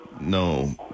no